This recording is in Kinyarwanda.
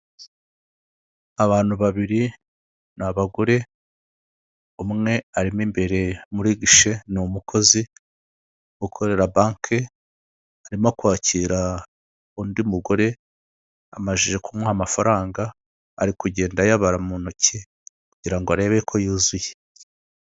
Abantu babiri ni abagore umwe arimo imbere murigshehe ni umukozi ukorera banki arimo kwakira undi mugore amajije kumuha amafaranga ari kugenda yabara mu ntoki kugira ngo arebe ko yuzuye.